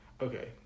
Okay